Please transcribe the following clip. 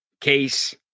case